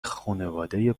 خونواده